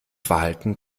verhalten